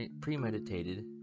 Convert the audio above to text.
premeditated